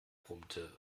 brummte